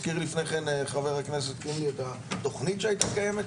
הזכיר לפני כן חבר הכנסת קינלי את התכנית שהייתה קיימת,